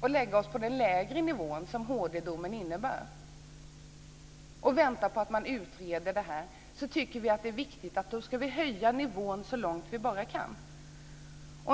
och lägga oss på den lägre nivå som HD-domen innebär, tycker vi att det är viktigt att höja nivån så långt vi bara kan.